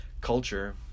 culture